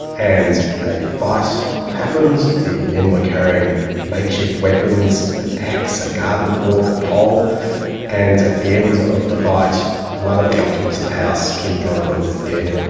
and a fight happened. the men were carrying makeshift weapons an axe, a garden fork, a pole and at the end of the fight one of the occupants in the house, kym drover, was dead,